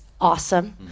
awesome